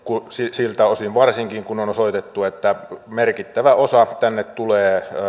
siltä osin varsinkin kun on osoitettu että merkittävä osa tänne tulee